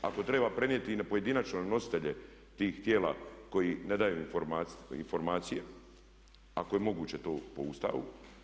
Ako treba prenijeti i pojedinačno nositelje tih tijela koji ne daju informacije ako je moguće to po Ustavu.